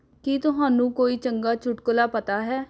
ਕੀ ਤੁਹਾਨੂੰ ਕੋਈ ਚੰਗਾ ਚੁਟਕਲਾ ਪਤਾ ਹੈ